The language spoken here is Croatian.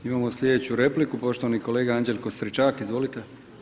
Imamo slijedeću repliku, poštovani kolega Anđelko Stričak, izvolite.